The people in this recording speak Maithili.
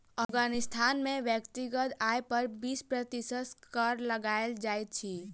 अफ़ग़ानिस्तान में व्यक्तिगत आय पर बीस प्रतिशत कर लगायल जाइत अछि